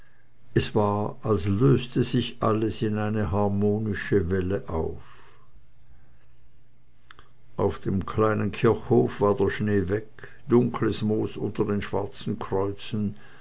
es war als löste sich alles in eine harmonische welle auf auf dem kleinen kirchhof war der schnee weg dunkles moos unter den schwarzen kreuzen